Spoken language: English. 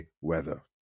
weather